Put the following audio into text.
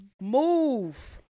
Move